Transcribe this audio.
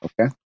Okay